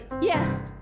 Yes